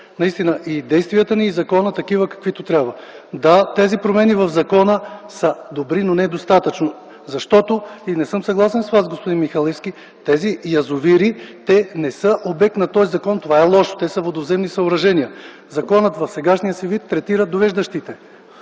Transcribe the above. наистина и действията ни, и законът такива, каквито трябва. Да, тези промени в закона са добри, но недостатъчно, защото … И не съм съгласен с Вас, господин Михалевски, тези язовири не са обект на този закон. Това е лошо. Те са водоземни съоръжения. Законът в сегашния си вид третира довеждащите